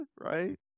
right